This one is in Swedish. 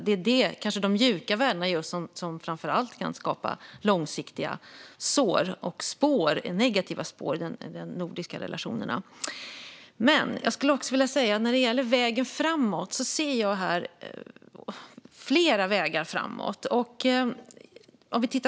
Kanske är det framför allt de mjuka värdena som kan skapa långsiktiga sår och negativa spår i de nordiska relationerna. Om vi tittar framåt ser jag flera vägar.